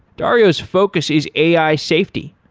dario's focus is ai safety.